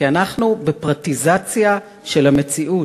כי אנחנו בפרטיזציה של המציאות",